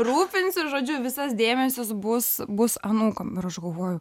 rūpinsiu žodžiu visas dėmesis bus bus anūkam ir aš galvoju